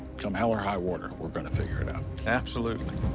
come hell or high water, we're gonna figure it out. absolutely.